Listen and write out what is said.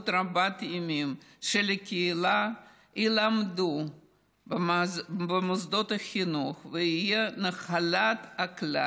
רבת-הימים של הקהילה יילמדו במוסדות החינוך ויהיו נחלת הכלל.